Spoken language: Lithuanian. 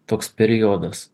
toks periodas